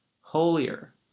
holier